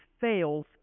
fails